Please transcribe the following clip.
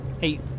Hey